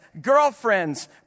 girlfriends